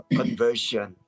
conversion